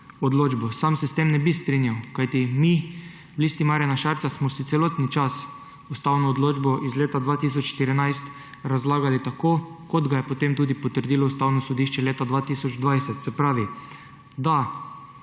odločbo. Sam se s tem ne bi strinjal, kajti mi v Listi Marjana Šarca smo si celoten čas ustavno odločbo iz leta 2014 razlagali tako, kot ga je potem tudi potrdilo Ustavno sodišče leta 2020. Se pravi, da